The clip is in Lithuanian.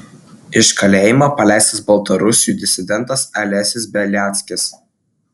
iš kalėjimo paleistas baltarusių disidentas alesis beliackis